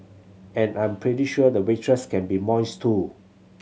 and I'm pretty sure the waitress can be moist too